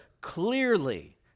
clearly